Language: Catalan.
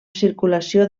circulació